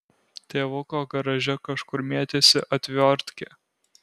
tėvuko garaže kažkur mėtėsi atviortkė